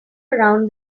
around